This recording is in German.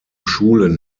schulen